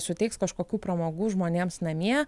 suteiks kažkokių pramogų žmonėms namie